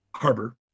harbor